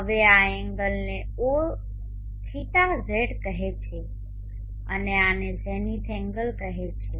હવે આ એન્ગલને θz કહેવામાં આવે છે અને આને ઝેનિથ એંગલ કહેવામાં આવે છે